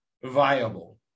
viable